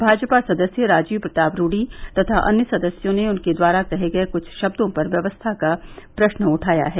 भाजपा सांसद राजीव प्रताप रूडी तथा अन्य सदस्यों ने उनके द्वारा कहे गए कुछ शब्दों पर व्यवस्था का प्रश्न उठाया है